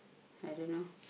I don't know